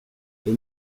les